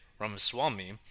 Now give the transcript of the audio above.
Ramaswamy